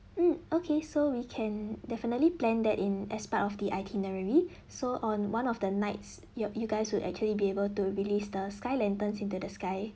mm okay so we can definitely plan that in as part of the itinerary so on one of the nights ya you guys will actually be able to believe the sky lanterns into the sky